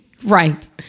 right